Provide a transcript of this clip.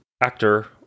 actor